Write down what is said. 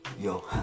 yo